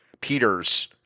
Peters